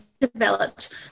developed